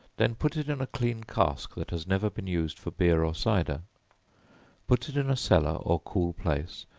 then put it in a clean cask that has never been used for beer or cider put it in a cellar or cool place,